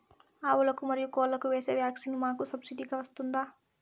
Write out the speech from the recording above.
ఆవులకు, మరియు కోళ్లకు వేసే వ్యాక్సిన్ మాకు సబ్సిడి గా వస్తుందా?